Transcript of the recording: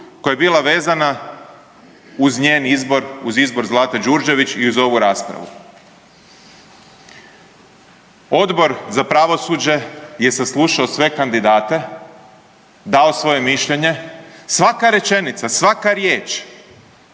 koja je bila vezana uz njen izbor, uz izbor Zlate Đurđević i uz ovu raspravu. Odbor za pravosuđe je saslušao sve kandidate, dao svoje mišljenje, svaka rečenica, svaka riječ